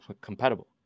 compatible